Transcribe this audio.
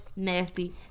Nasty